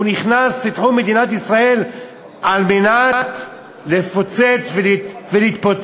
נכנס לתחום מדינת ישראל כדי לפוצץ ולהתפוצץ,